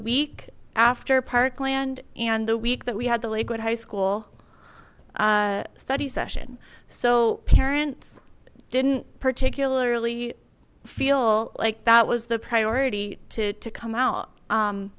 week after parkland and the week that we had the lakewood high school study session so parents didn't particularly feel like that was the priority to come out